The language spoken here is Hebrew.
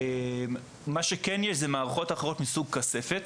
מה שכן יש זה מערכות אחרות מסוג כספת,